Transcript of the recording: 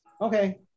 Okay